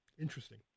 Interesting